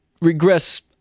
regress